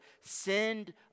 send